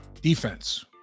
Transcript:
Defense